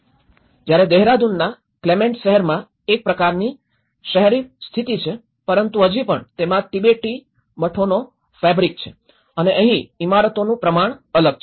જ્યારે દહેરાદૂનના ક્લેમેંટ શહેરમાં એક પ્રકારની શહેરી સ્થિતી છે પરંતુ હજી પણ તેમાં તિબેટી મઠોનો ફેબ્રિક છે અને અહીં ઇમારતોનું પ્રમાણ અલગ છે